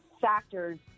factors